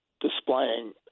displaying